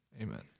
amen